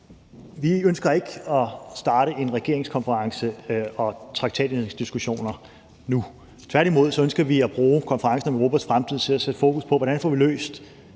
Vi ønsker ikke at starte en regeringskonference og traktatændringsdiskussioner nu. Tværtimod ønsker vi at bruge Konferencen om Europas fremtid til at sætte fokus på, hvordan vi får løst